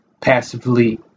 passively